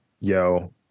yo